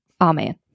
Amen